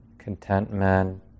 contentment